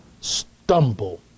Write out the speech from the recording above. stumble